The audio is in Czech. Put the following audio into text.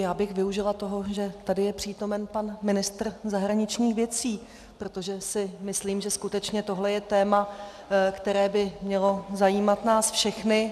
Já bych využila toho, že tady je přítomen pan ministr zahraničních věcí, protože si myslím, že skutečně tohle je téma, které by mělo zajímat nás všechny.